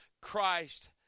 Christ